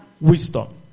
wisdom